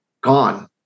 gone